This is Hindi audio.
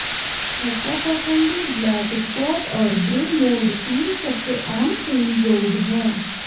ख़स्ता फफूंदी, ब्लैक स्पॉट और ग्रे मोल्ड तीन सबसे आम फूल रोग हैं